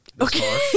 Okay